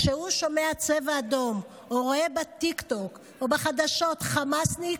כשהוא שומע צבע אדום או רואה בטיקטוק או בחדשות חמאסניק,